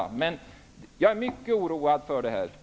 Jag är i varje fall mycket oroad i detta avseende.